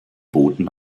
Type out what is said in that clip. booten